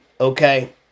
Okay